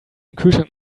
kühlschrank